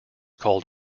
called